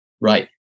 right